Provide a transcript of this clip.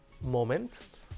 moment